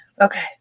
Okay